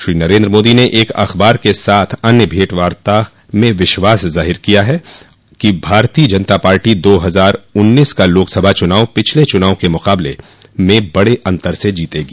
श्री नरेन्द्र मोदी ने एक अख़बार के साथ अन्य भेंटवार्ता में विश्वास ज़ाहिर किया कि भारतीय जनता पार्टी दो हजार उन्नीस का लोकसभा चुनाव पिछले चुनाव के मुकाबले में बड़े अन्तर से जीतेगी